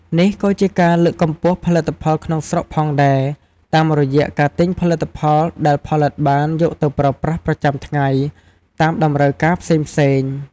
នេះក៏ជាការលើកកម្ពស់ផលិតផលក្នុងស្រុកផងដែរ តាមរយៈការទិញផលិតផលដែលផលិតបានយកទៅប្រើប្រាស់ប្រចាំថ្ងៃតាមតម្រូវការផ្សេងៗ។